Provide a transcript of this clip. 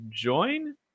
join